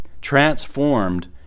transformed